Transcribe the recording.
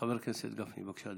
חבר הכנסת גפני, בבקשה,